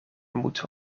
moeten